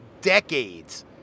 decades